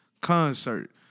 concert